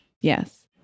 Yes